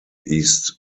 east